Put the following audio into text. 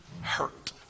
hurt